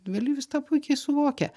vėlyvis tą puikiai suvokia